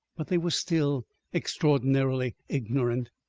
but they were still extraordinarily ignorant.